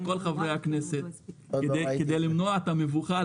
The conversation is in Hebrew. לכל חברי הכנסת, כדי למנוע את המבוכה.